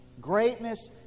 Greatness